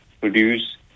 produce